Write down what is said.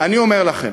אני אומר לכם,